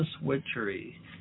witchery